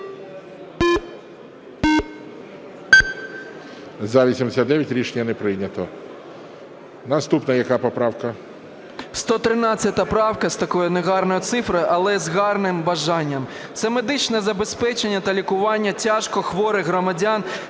За-89 Рішення не прийнято. Наступна яка поправка? 13:09:50 ПОЛЯКОВ А.Е. 113 правка. З такою негарною цифрою, але з гарним бажанням. Це медичне забезпечення та лікування тяжко хворих громадян